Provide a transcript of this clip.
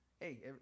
hey